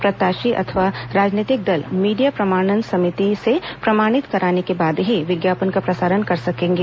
प्रत्याशी अथवा राजनीतिक दल मीडिया प्रमाणन समिति से प्रमाणित कराने के बाद ही विज्ञापन का प्रसारण कर सकेंगे